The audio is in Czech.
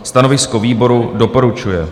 Stanovisko výboru: doporučuje.